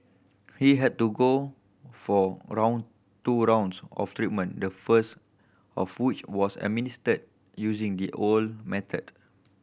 he had to go for round two rounds of treatment the first of which was administered using the old method